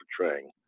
portraying